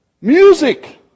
Music